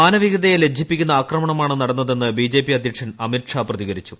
മാനവികതയെ ലജ്ജിപ്പിക്കുന്ന ആക്രമണമാണ് നടന്നതെന്ന് ബിജെപി അധ്യക്ഷൻ അമിത് ഷാ പ്രതികരിച്ചു